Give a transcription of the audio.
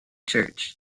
church